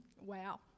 wow